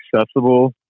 accessible